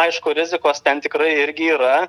aišku rizikos ten tikrai irgi yra